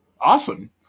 Awesome